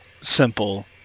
simple